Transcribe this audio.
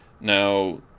now